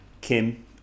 Kim